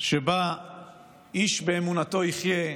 שבה איש באמונתו יחיה,